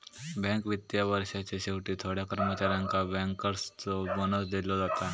bank वित्तीय वर्षाच्या शेवटी थोड्या कर्मचाऱ्यांका बँकर्सचो बोनस दिलो जाता